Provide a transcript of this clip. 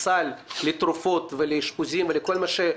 לכן ביקשנו, כדי בכל זאת לתת שירות.